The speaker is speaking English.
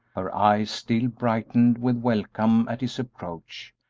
her eyes still brightened with welcome at his approach,